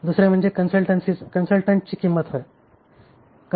दुसरे म्हणजे कंसल्टंट्सची किंमत होय